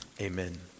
amen